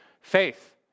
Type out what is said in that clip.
faith